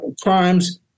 crimes